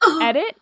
Edit